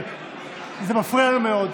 זה מפריע לנו מאוד.